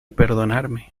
perdonarme